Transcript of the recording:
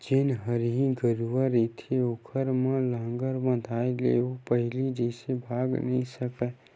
जेन हरही गरूवा रहिथे ओखर म लांहगर बंधाय ले ओ पहिली जइसे भागे नइ सकय